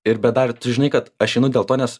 ir bet dar tu žinai kad aš einu dėl to nes